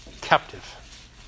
captive